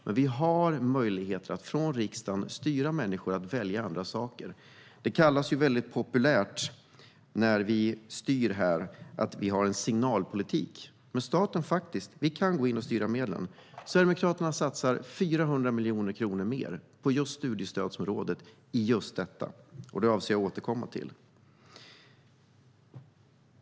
Men vi har möjlighet att från riksdagen styra människor att välja andra saker. Det kallas, väldigt populärt, att ha en signalpolitik när vi styr. Staten kan faktiskt gå in och styra medlen. Sverigedemokraterna satsar 400 miljoner kronor mer på studiestödsområdet i just detta, och jag avser att återkomma till det.